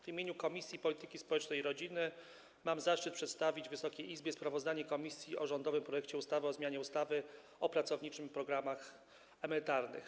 W imieniu Komisji Polityki Społecznej i Rodziny mam zaszczyt przedstawić Wysokiej Izbie sprawozdanie o rządowym projekcie ustawy o zmianie ustawy o pracowniczych programach emerytalnych.